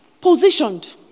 positioned